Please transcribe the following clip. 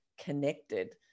connected